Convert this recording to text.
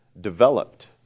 developed